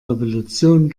revolution